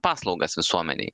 paslaugas visuomenei